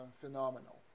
phenomenal